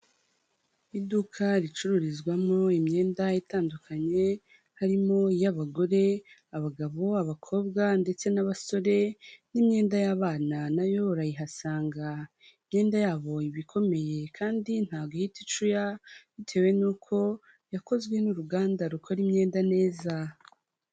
Iduka ricururizwamo imyenda itandukanye, harimo iy'abagore, abagabo abakobwa ndetse n'abasore n'imyenda y'abana na yo urayihasanga, imyenda yabo iba ikomeye kandi ntabwo ihita icuya, bitewe n'uko yakozwe n'uruganda rukora imyenda neza.